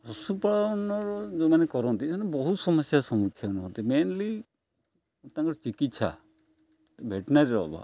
ପଶୁପାଳନର ଯେଉଁମାନେ କରନ୍ତି ସେମାନେ ବହୁତ ସମସ୍ୟାର ସମ୍ମୁଖୀନ ହୁଅନ୍ତି ମେନ୍ଲି ତାଙ୍କର ଚିକିତ୍ସା ଭେଟେନାରୀର ଅଭାବ